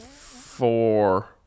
four